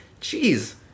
Jeez